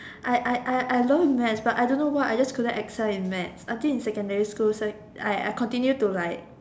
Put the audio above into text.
I I I I love maths but I don't why I just couldn't Excel in maths until in secondary school is like I I continue to like